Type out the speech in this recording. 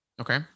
Okay